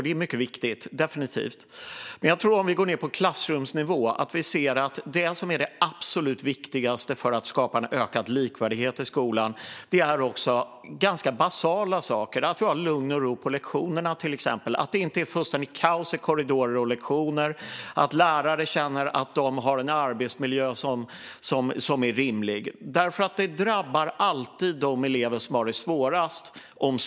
Det är definitivt mycket viktigt, men om vi går ned på klassrumsnivå tror jag att vi ser att det som är det absolut viktigaste för att skapa en ökad likvärdighet i skolan är ganska basala saker. Det handlar till exempel om att det är lugn och ro under lektionerna, att det inte är fullständigt kaos i korridorer och under lektioner och att lärare känner att de har en arbetsmiljö som är rimlig. Om skolan sviker drabbar det alltid de elever som har det svårast.